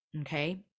Okay